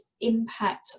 impact